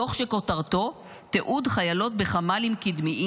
דוח שכותרתו "תיעוד חיילות בחמ"לים קדמיים